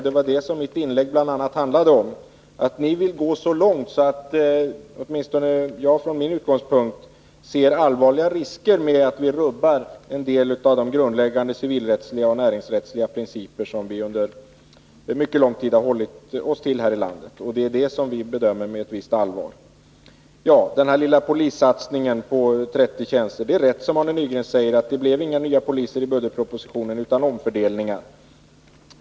Det var det som mitt inlägg handlade om -— att ni vill gå så långt att åtminstone jag från min utgångspunkt ser allvarliga risker med att era förslag skulle kunna rubba en del av de grundläggande civilrättsliga och näringsrättsliga principer som vi under mycket lång tid har hållit oss till här i vårt land. Det är det som vi bedömer med ett visst allvar. Beträffande den lilla satsningen på 30 polistjänster är det rätt, som Arne Nygren säger, att det inte tillkom några nya tjänster i budgetpropositionen, utan att det rör sig om omfördelningar.